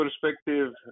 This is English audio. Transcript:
perspective